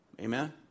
Amen